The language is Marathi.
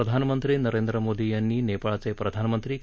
प्रधानमंत्री नरेंद्र मोदी यांनी नेपाळचे प्रधानमंत्री के